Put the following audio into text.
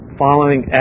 following